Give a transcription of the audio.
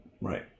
Right